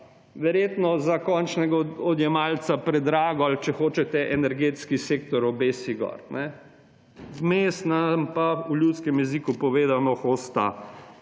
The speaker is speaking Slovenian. verjetno za končnega odjemalca predrago ‒ ali, če hočete, energetski sektor obesi gor. Vmes nam pa ‒ v ljudskem jeziku povedano ‒, hosta